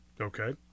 Okay